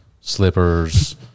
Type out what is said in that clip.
slippers